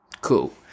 cool